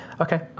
Okay